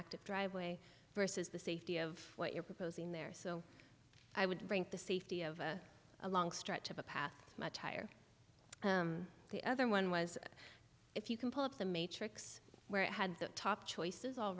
active driveway versus the safety of what you're proposing there so i would rank the safety of a long stretch of a path much higher the other one was if you can pull up the matrix where it had the top choices all